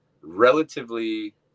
relatively